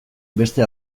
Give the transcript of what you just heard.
beste